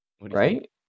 Right